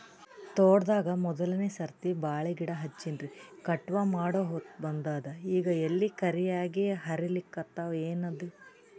ತೋಟದಾಗ ಮೋದಲನೆ ಸರ್ತಿ ಬಾಳಿ ಗಿಡ ಹಚ್ಚಿನ್ರಿ, ಕಟಾವ ಮಾಡಹೊತ್ತ ಬಂದದ ಈಗ ಎಲಿ ಕರಿಯಾಗಿ ಹರಿಲಿಕತ್ತಾವ, ಏನಿದು?